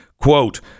Quote